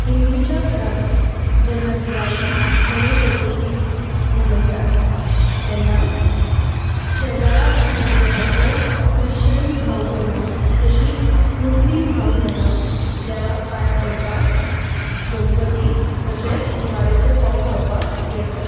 हिंदुच्या घरांत जेन्ना दिवाळी गणेश चतुर्थी मनयतात तेन्ना शेजाऱ्याक आशिल्ले सगळे क्रिश्चन भाव भयणां तशीच मुस्लीम भाव भयणां देवाक पायां पडपाक गणपतीक तशेंच दिवाळेचे फोव खावपाक येतात